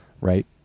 Right